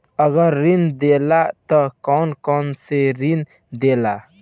अगर ऋण देला त कौन कौन से ऋण देला?